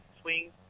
swing